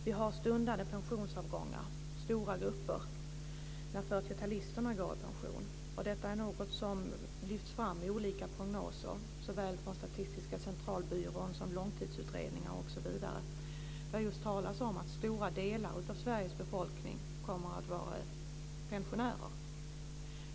Vi har stundande pensionsavgångar. Det blir stora grupper när 40-talisterna går i pension. Detta är någonting som lyfts fram i olika prognoser, såväl från Statistiska centralbyrån som från långtidsutredningar osv. Det har talats om att stora delar av Sveriges befolkning kommer att vara pensionärer.